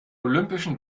olympischen